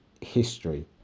history